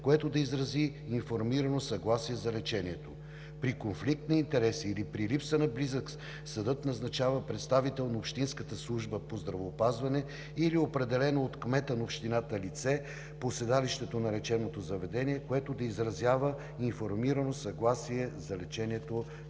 което да изрази информирано съгласие за лечението. При конфликт на интереси или при липса на близък съдът назначава представител на общинската Служба по здравеопазване или определено от кмета на общината лице по седалището на лечебното заведение, което да изразява информирано съгласие за лечението